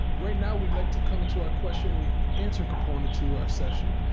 right now we'd like to come to our question and answer component to our session.